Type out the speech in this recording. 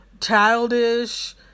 childish